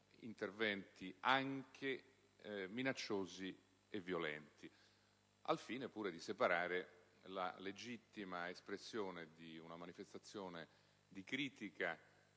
interventi anche minacciosi e violenti; ciò, anche al fine di separare la legittima espressione di una manifestazione di critica